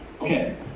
Okay